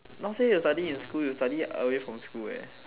not say you study in school you study away from school eh